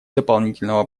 дополнительного